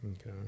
Okay